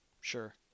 Sure